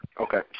Okay